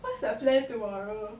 what's the plan tomorrow